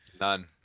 None